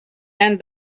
and